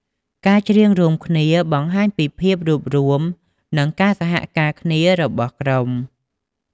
ការច្រៀងរួមគ្នាបង្ហាញពីភាពរួបរួម និងការសហការគ្នារបស់ក្រុម។